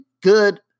good